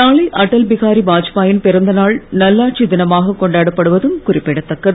நாளை அட்டல் பிஹாரி வாஜ்பாயின் பிறந்தநாள் நல்லாட்சி தினமாக கொண்டாடப்படுவதும் குறிப்பிடத்தக்கது